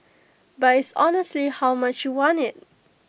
but it's honestly how much you want IT